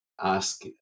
Ask